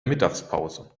mittagspause